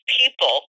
people